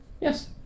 Yes